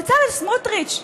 בצלאל סמוטריץ,